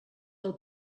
del